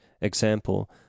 Example